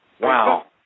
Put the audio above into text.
Wow